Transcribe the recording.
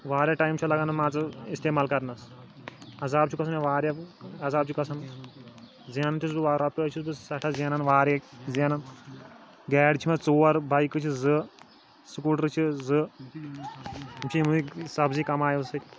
واریاہ ٹایِم چھُ لَگان مان ژٕ استعمال کَرنَس عذاب چھُ گژھان واریاہ عذاب چھُ گژھان زینان تہِ چھُس بہٕ چھُس بہٕ سٮ۪ٹھاہ زینان واریاہ زینان گاڑِ چھِ مےٚ ژور بایکہٕ چھِ زٕ سکوٗٹَر چھِ زٕ یِم چھِ یِموٕے سبزی کمایو سۭتۍ